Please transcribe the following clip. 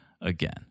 again